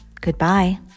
goodbye